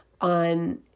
on